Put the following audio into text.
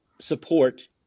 support